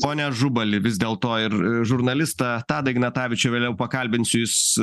pone ažubali vis dėlto ir žurnalistą tadą ignatavičių vėliau pakalbinsiu jis